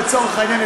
לצורך העניין,